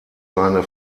seine